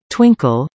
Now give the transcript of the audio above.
Twinkle